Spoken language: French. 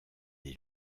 des